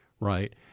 right